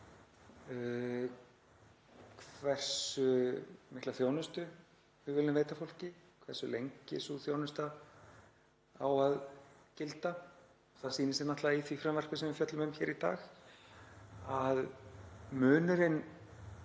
hversu mikla þjónustu við viljum veita fólki, hversu lengi sú þjónusta á að gilda. Það sýnir sig náttúrlega í því frumvarpi sem við fjöllum um hér í dag að munurinn